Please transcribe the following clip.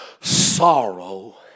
sorrow